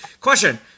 question